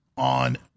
on